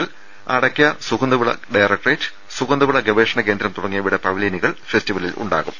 L അടയ്ക്കാം സുഗന്ധവിള directorate സുഗന്ധവിള ഗവേഷണ കേന്ദ്രം തുടങ്ങിയവയുടെ പവലിയനുകളും ഫെസ്റ്റിവലിലുണ്ടാകും